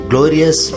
Glorious